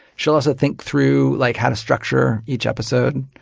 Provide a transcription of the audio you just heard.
she'll also think through like how to structure each episode,